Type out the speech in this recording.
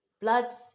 bloods